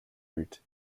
route